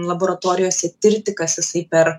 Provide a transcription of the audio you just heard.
laboratorijose tirti kas jisai per